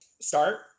Start